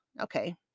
Okay